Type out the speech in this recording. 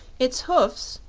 its hoofs,